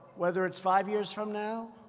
whether it's five years from now,